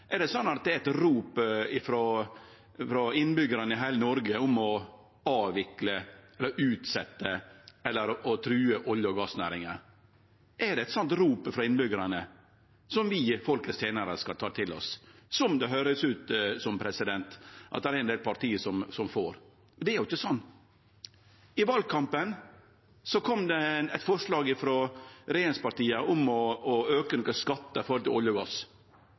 er eit rop frå innbyggjarane i heile Noreg om å avvikle, utsetje eller true olje- og gassnæringa? Er det eit sånt rop frå innbyggjarane som vi, folkets tenarar, skal ta til oss? Slik høyrest det ut som det er ein del parti som får. Men det er jo ikkje sånn. I valkampen kom det eit forslag frå regjeringspartia om å auke nokre skattar som gjeld olje og gass,